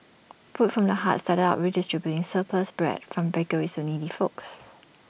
food from the heart started out redistributing surplus bread from bakeries needy folks